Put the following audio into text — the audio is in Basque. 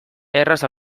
erraz